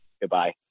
goodbye